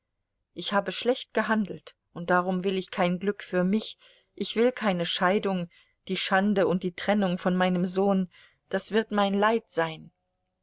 ich habe schlecht gehandelt und darum will ich kein glück für mich ich will keine scheidung die schande und die trennung von meinem sohn das wird mein leid sein